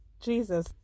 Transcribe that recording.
jesus